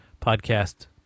podcast